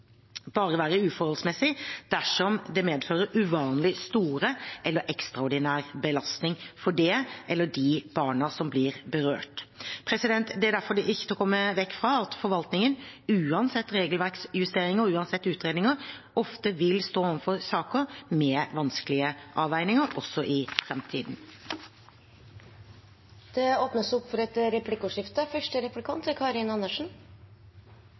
uforholdsmessig dersom det medfører uvanlig store eller ekstraordinære belastninger for det barnet eller de barna som blir berørt. Det er derfor ikke til å komme vekk fra at forvaltningen – uansett regelverksjusteringer og uansett utredninger – ofte vil stå overfor saker med vanskelige avveininger også i framtiden. Det blir replikkordskifte. Jeg er veldig glad for